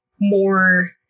more